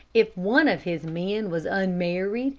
if one of his men was unmarried,